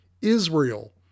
Israel